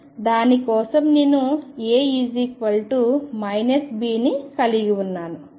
దాని కోసం నేను A Bని కలిగి ఉన్నాను